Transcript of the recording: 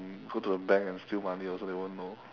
go to the bank and steal money also they won't know